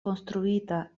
konstruita